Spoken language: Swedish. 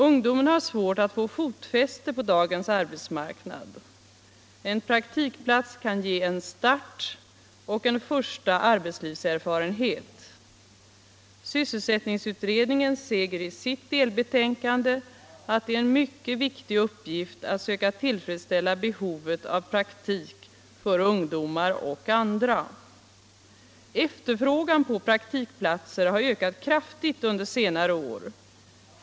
Ungdomen har svårt att få fotfäste på dagens arbetsmarknad. En praktikplats kan ge en start och en första arbetslivserfarenhet. Sysselsättningsutredningen säger i sitt delbetänkande att det är en mycket viktig uppgift att söka tillfredsställa behovet av praktik för ungdomar och andra. Efterfrågan på praktikplatser har ökat kraftigt under senare år.